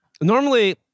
normally